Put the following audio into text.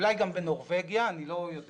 אולי גם בנורבגיה, אני לא יודע,